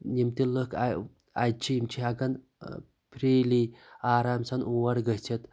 یِم تہِ لُکھ آیہِ اَتہِ چھ یِم چھِ ہیٚکَن فریلی آرام سان اور گٔژھتھ